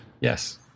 yes